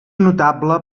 notable